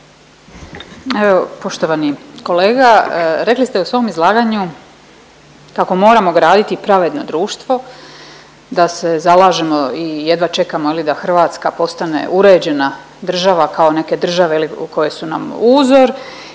poštovani kolega rekli ste u svom izlaganju kako moramo graditi pravedno društvo, da se zalažemo i jedva čekamo je li da Hrvatska postane uređena država kao neke države koje su nam uzor